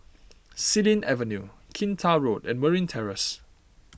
Xilin Avenue Kinta Road and Marine Terrace